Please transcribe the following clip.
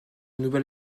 nouvel